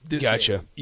Gotcha